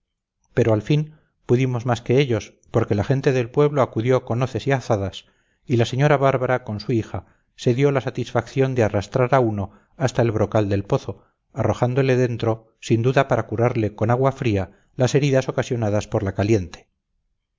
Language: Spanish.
pero al fin pudimos más que ellos porque la gente del pueblo acudió con hoces y azadas y la señora bárbara con su hija se dio la satisfacción de arrastrar a uno hasta el brocal del pozo arrojándole dentro sin duda para curarle con agua fría las heridas ocasionadas por la caliente